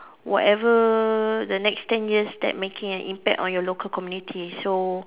whatever the next ten years that making an impact on your local community so